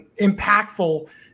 impactful